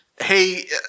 hey